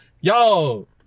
Yo